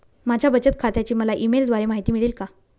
माझ्या बचत खात्याची मला ई मेलद्वारे माहिती मिळेल का?